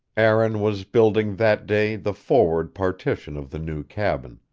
aaron was building, that day, the forward partition of the new cabin,